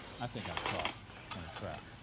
i think i'm caught in a trap.